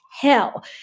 hell